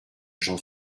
j’en